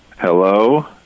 Hello